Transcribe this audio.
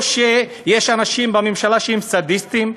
או שיש אנשים בממשלה שהם סדיסטים,